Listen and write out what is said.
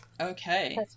okay